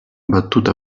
battuta